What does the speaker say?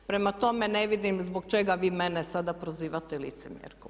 Prema tome, ne vidim zbog čega vi mene sada prozivate licemjerkom.